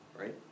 right